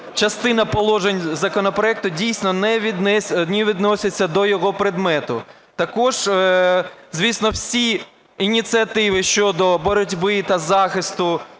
частина положень законопроекту дійсно не відноситься до його предмету. Також, звісно, всі ініціативи щодо боротьби та захисту